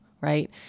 right